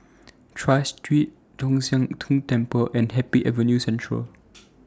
Tras Street Tong Sian Tng Temple and Happy Avenue Central